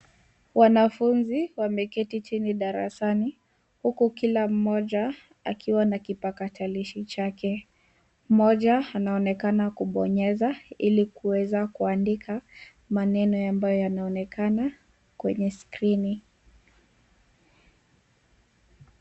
Wanafunzi wameketi chini darasani huku kila mmoja akiwa na kipakatalishi chake. Mmoja anaonekana kubonyeza ili kuweza kuandika maneno ambayo yanaonekana kwenye skrini.